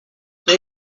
they